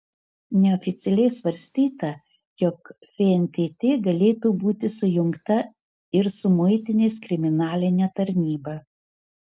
neoficialiai svarstyta jog fntt galėtų būti sujungta ir su muitinės kriminaline tarnyba